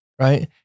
right